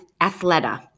Athleta